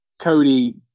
Cody